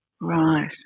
right